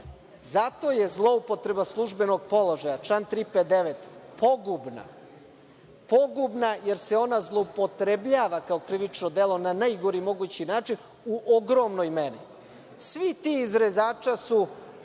je zloupotreba službenog položaja, član 359, pogubna. Pogubna, jer se ona zloupotrebljava kao krivično delo na najgori mogući način u ogromnoj meri. Svi ti iz „Rezača“ su